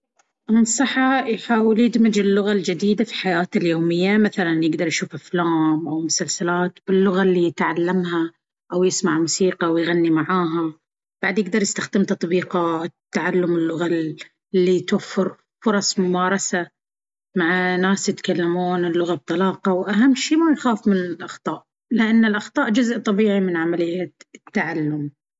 أنصحه يحاول يدمج اللغة الجديدة في حياته اليومية. مثلاً، يقدر يشوف أفلام أو مسلسلات باللغة اللي يتعلمها، أو يسمع موسيقى ويغني معاها. بعد، يقدر يستخدم تطبيقات تعلم اللغة اللي توفر فرص ممارسة مع ناس يتكلمون اللغة بطلاقة. وأهم شي، ما يخاف من الأخطاء، لأن الأخطاء جزء طبيعي من عملية التعلم.